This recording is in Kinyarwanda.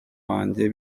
wanjye